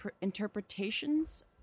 interpretations